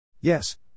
Yes